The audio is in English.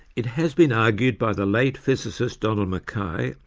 it has been argued by the late physicist donald mackay,